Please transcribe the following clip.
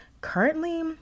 currently